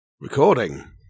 Recording